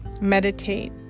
meditate